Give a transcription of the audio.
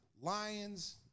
Lions